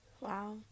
Wow